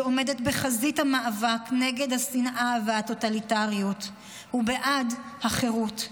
שעומדת בחזית המאבק נגד השנאה והטוטליטריות ובעד החירות.